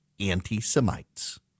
anti-Semites